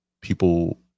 people